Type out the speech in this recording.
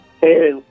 Hey